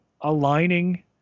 aligning